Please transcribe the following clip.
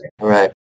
right